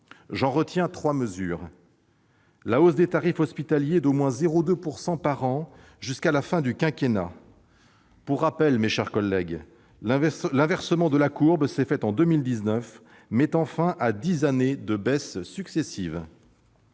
mesures. Tout d'abord, la hausse des tarifs hospitaliers d'au moins 0,2 % par an jusqu'à la fin du quinquennat : pour rappel, mes chers collègues, l'inversion de la courbe s'est faite en 2019, mettant fin à dix années de baisses successives.